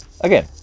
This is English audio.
again